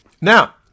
Now